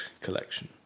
collection